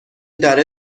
داره